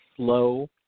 Slow